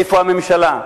איפה הממשלה?